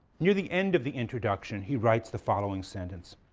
near the end of the introduction, he writes the following sentence.